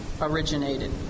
originated